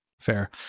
Fair